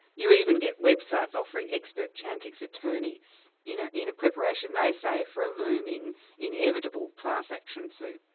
you even get websites offering expert chantix attorneys you know in a preparation they say for a looming inevitable class action suit.